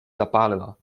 zapálila